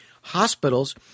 hospitals